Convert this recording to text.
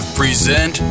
present